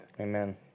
Amen